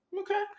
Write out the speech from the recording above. Okay